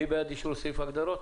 מי בעד אישור סעיף ההגדרות?